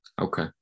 Okay